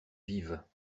vivent